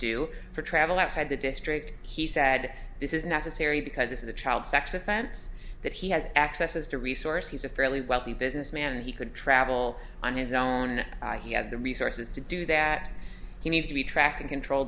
do for travel outside the district he said this is necessary because this is a child sex offense that he has access to resources he's a fairly wealthy businessman and he could travel on his own and he had the resources to do that he needs to be tracked in control